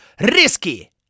Risky